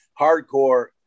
hardcore